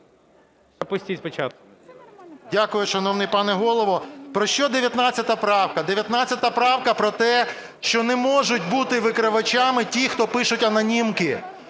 Дякую, шановний пане Голово. Про що 19 правка? 19-а правка про те, що не можуть бути викривачами ті, хто пишуть анонімки.